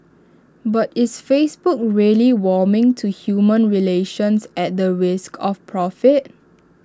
but its Facebook really warming to human relations at the risk of profit